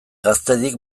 gaztedik